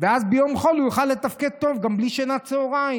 ואז ביום חול הוא יוכל לתפקד טוב גם בלי שנת צוהריים.